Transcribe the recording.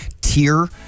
tier